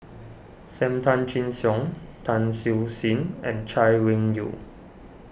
Sam Tan Chin Siong Tan Siew Sin and Chay Weng Yew